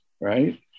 right